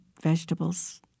vegetables